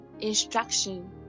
instruction